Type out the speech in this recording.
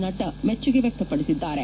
ನಡ್ಡಾ ಮೆಚ್ಚುಗೆ ವ್ಯಕ್ತಪಡಿಸಿದ್ದಾರೆ